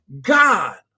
god